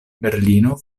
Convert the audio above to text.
berlino